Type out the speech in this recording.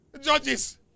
judges